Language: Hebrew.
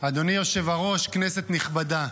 היושב-ראש, כנסת נכבדה,